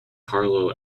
carlo